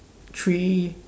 three